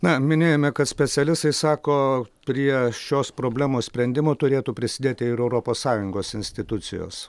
na minėjome kad specialistai sako prie šios problemos sprendimo turėtų prisidėti ir europos sąjungos institucijos